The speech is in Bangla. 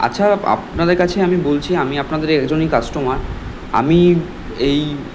আচ্ছা আপনাদের কাছে আমি বলছি আমি আপনাদেরই একজনই কাস্টমার আমি এই